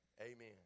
Amen